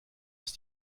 ist